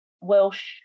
Welsh